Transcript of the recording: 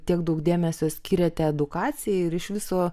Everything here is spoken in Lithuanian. tiek daug dėmesio skiriate edukacijai ir iš viso